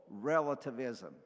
relativism